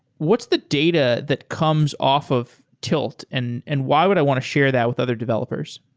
what's the data that comes off of tilt and and why would i want to share that with other developers?